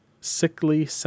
sickly